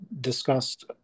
discussed